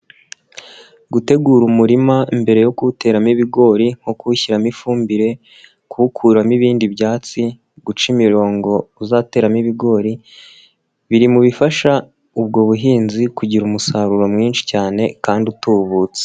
Gutegura umurima mbere yo kuwuteramo ibigori nko kuwushyiramo ifumbire, kuwukuramo ibindi byatsi, guca imirongo uzateramo ibigori, biri mu bifasha ubwo buhinzi kugira umusaruro mwinshi cyane kandi utubutse.